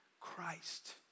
Christ